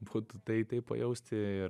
būtų tai tai pajausti ir